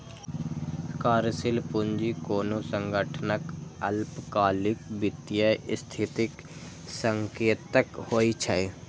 कार्यशील पूंजी कोनो संगठनक अल्पकालिक वित्तीय स्थितिक संकेतक होइ छै